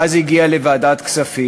ואז זה הגיע לוועדת הכספים,